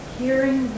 hearing